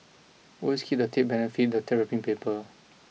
always keep the tape benefit the paper